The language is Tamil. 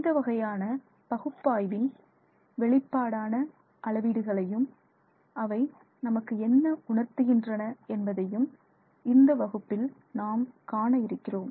இந்த வகையான பகுப்பாய்வின் வெளிப்பாடான அளவீடுகளையும் அவை நமக்கு என்ன உணர்த்துகின்றன என்பதையும் இந்த வகுப்பில் நாம் காண இருக்கிறோம்